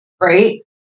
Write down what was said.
Right